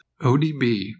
odb